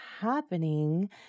happening